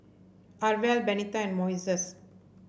Arvel Bernetta and Moises